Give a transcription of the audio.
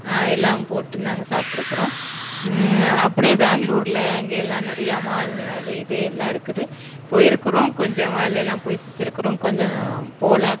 எல்லாம் போட்டிருந்தாங்க சாப்பிட்ருக்குறோம் அப்படியே பேங்ளூர்ல அங்கே எல்லாம் நிறையா மால் அது இது எல்லா இருக்குது போயிருக்கிறோம் கொஞ்சம் மால் எல்லாம் போய் சுத்திருக்கிறோம் கொஞ்சம் போல்